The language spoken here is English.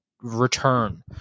return